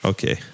Okay